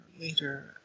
later